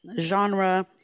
genre